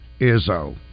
Izzo